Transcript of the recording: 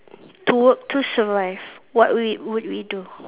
to work to survive what we would we do